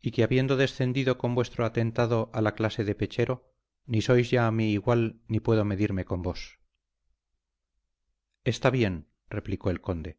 y que habiendo descendido con vuestro atentado a la clase de pechero ni sois ya mi igual ni puedo medirme con vos esta bien replicó el conde